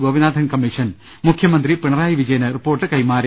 Gopinathan commission മുഖ്യമന്ത്രി പിണറായി വിജ യന് റിപ്പോർട്ട് കൈമാറി